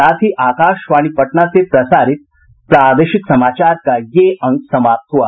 इसके साथ ही आकाशवाणी पटना से प्रसारित प्रादेशिक समाचार का ये अंक समाप्त हुआ